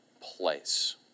place